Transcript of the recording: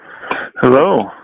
Hello